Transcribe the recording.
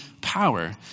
power